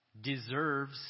deserves